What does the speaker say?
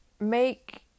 Make